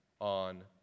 on